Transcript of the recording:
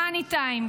במאני טיים,